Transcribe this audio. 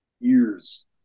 years